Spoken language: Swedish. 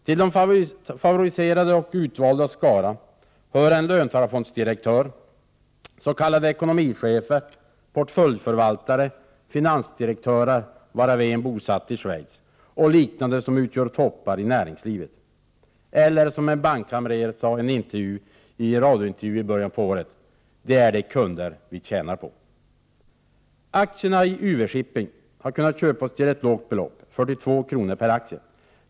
Till de favoriserade och utvaldas skara hör en löntagarfondsdirektör, s.k. ekonomichefer, portföljförvaltare, finansdirektörer, varav en bosatt i Schweiz, och liknande som utgör toppar i näringslivet. Detta uttryckte en bankkamrer i en radiointervju i början av året: ”Det är de kunder vi tjänar på.” Aktierna i UV-Shipping har kunnat köpas till ett lågt belopp, 42 kr. per aktie.